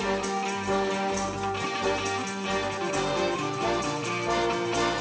no no no no no